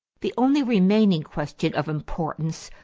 the only remaining question of importance,